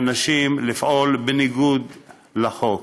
מאנשים לפעול בניגוד לחוק.